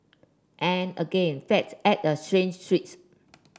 and again fate added a strange twist